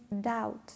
doubt